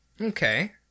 Okay